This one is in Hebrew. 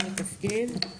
בוקר טוב,